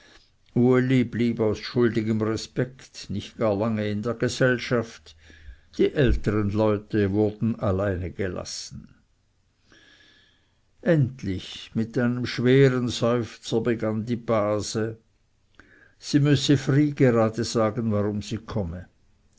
blieb aus schuldigem respekt nicht gar lange in der gesellschaft die ältern leute wurden alleine gelassen endlich mit einem schweren seufzer begann die base sie müsse fry gerade sagen warum sie komme